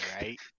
right